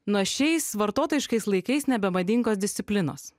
nuo šiais vartotojiškais laikais nebemadingos disciplinos